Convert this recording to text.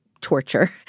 torture